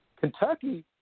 Kentucky